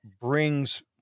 brings